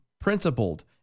principled